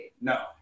No